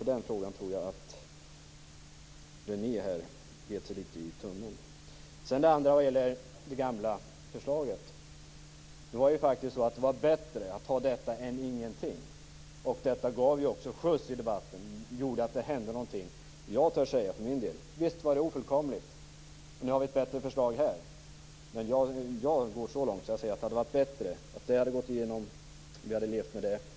Så i den frågan tror jag att Inger René bet sig litet i tummen. Vad gäller det gamla förslaget hade det varit bättre att anta detta än ingenting. Förslaget gav också skjuts i debatten och gjorde att det hände någonting. Jag törs säga att visst var det ofullkomligt. Nu har vi ett bättre förslag. Men jag går så långt att jag säger att det hade varit bättre om det tidigare förslaget hade gått igenom.